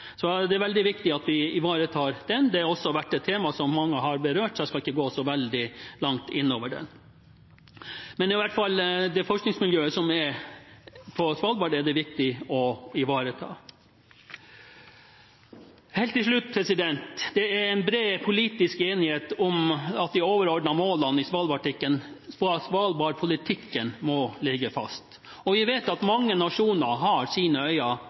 Det er veldig viktig at vi ivaretar det. Det har også vært et tema mange har berørt, så jeg skal ikke gå så veldig langt inn i det, men det forskningsmiljøet som er på Svalbard, er det i hvert fall viktig å ivareta. Helt til slutt: Det er bred politisk enighet om at de overordnede målene i Svalbard-politikken må ligge fast. Vi vet at mange nasjoner har sine